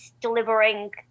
delivering